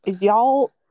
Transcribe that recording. y'all